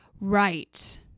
Right